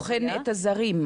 בוחן את הזרים?